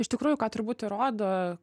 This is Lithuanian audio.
iš tikrųjų ką turbūt ir rodo